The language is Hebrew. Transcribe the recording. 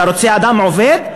אתה רוצה אדם עובד,